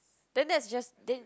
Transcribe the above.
then that's just then